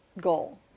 goal